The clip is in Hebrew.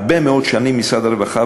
הרבה מאוד שנים משרד הרווחה,